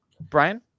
Brian